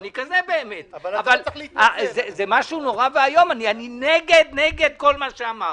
זה משהו נורא ואיום, אני נגד כל מה שאמרת.